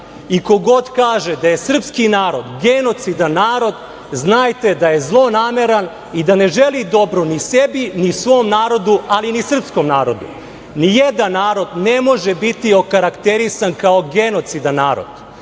I ko god kaže da je srpski narod genocidan narod, znajte da je zlonameran i da ne želi dobro ni sebi, ni svom narodu, ali ni srpskom narodu. Nijedan narod ne može biti okarakterisan kao genocidan narod.